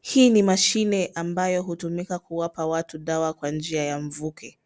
Hii ni mashine ambayo hutumika kuwapa watu dawa kwa njia ya mvuke.